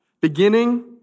Beginning